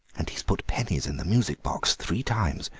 and he has put pennies in the music box three times,